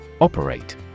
Operate